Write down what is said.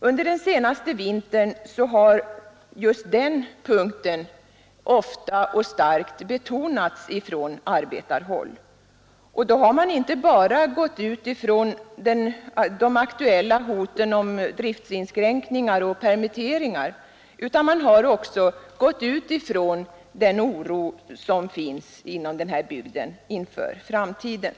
Under den senaste vintern har just den punkten ofta och starkt betonats från arbetarhåll. Därvid har man inte bara utgått från de aktuella hoten om driftinskränkningar och permitteringar, utan man har också utgått från den oro inför framtiden som finns inom denna bygd.